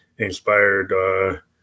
inspired